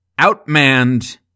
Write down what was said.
outmanned